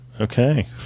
okay